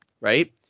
right